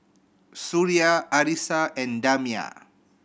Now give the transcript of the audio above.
Suria Arissa and Damia